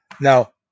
Now